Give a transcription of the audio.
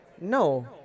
No